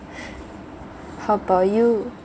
how about you